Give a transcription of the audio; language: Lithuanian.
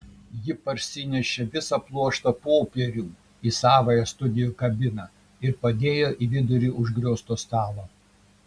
ji parsinešė visą pluoštą popierių į savąją studijų kabiną ir padėjo į vidurį užgriozto stalo